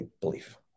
belief